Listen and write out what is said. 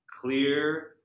clear